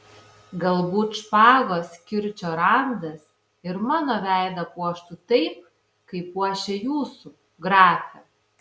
galbūt špagos kirčio randas ir mano veidą puoštų taip kaip puošia jūsų grafe